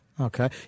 Okay